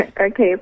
Okay